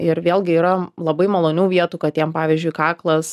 ir vėlgi yra labai malonių vietų katėm pavyzdžiui kaklas